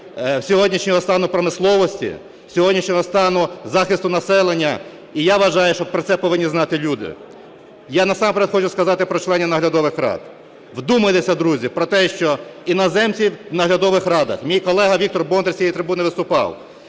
сьогоднішнього стану промисловості, сьогоднішнього стану захисту населення. І я вважаю, що про це повинні знати люди. Я насамперед хочу сказати про членів наглядових рад. Вдумайтесь, друзі, про те, що іноземці в наглядових радах - мій колега Віктор Бондар з цієї трибуни виступав,